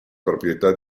proprietà